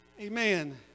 Amen